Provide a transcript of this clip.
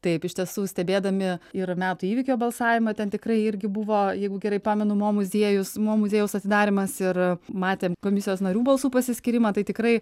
taip iš tiesų stebėdami ir metų įvykio balsavimą ten tikrai irgi buvo jeigu gerai pamenu mo muziejus mo muziejaus atidarymas ir matėm komisijos narių balsų pasiskyrimą tai tikrai